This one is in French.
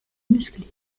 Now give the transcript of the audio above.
musclé